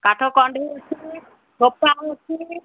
କାଠ କଣ୍ଢେଇ ଅଛି ଅଛି